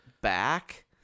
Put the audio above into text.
back